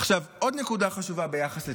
עכשיו, עוד נקודה חשובה ביחס לטבריה,